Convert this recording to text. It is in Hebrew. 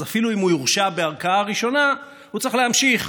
אז אפילו אם הוא יורשע בערכאה ראשונה הוא צריך להמשיך,